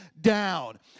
down